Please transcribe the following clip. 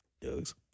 Dogs